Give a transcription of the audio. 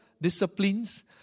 disciplines